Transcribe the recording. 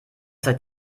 seid